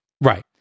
Right